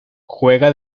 juega